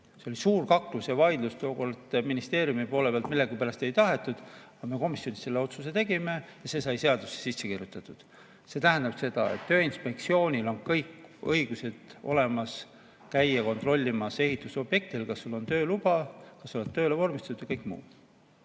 See oli suur kaklus ja vaidlus tookord. Ministeeriumi poole pealt millegipärast seda ei tahetud, aga me komisjonis selle otsuse tegime ja see sai seadusesse sisse kirjutatud. See tähendab, et Tööinspektsioonil on olemas kõik õigused käia kontrollimas ehitusobjektil, kas on tööluba, kas on tööle vormistatud ja kõike muud.